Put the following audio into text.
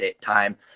time